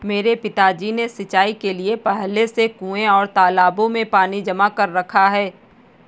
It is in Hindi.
मेरे पिताजी ने सिंचाई के लिए पहले से कुंए और तालाबों में पानी जमा कर रखा है